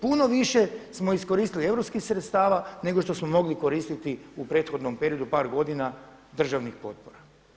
Puno više smo iskoristili europskih sredstava nego što smo mogli koristiti u prethodnom periodu par godina državnih potpora.